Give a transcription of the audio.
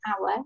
hour